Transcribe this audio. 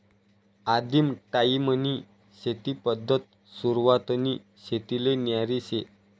आदिम टायीमनी शेती पद्धत सुरवातनी शेतीले न्यारी शे